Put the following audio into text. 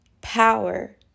power